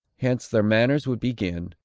hence their manners would begin,